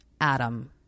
Adam